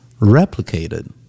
replicated